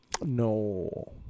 No